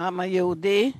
העם היהודי היה,